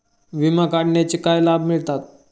विमा काढण्याचे काय लाभ मिळतात?